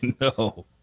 no